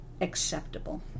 acceptable